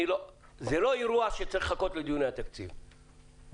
זה לא אירוע שצריך לחכות בו לדיוני התקציב ב-2020.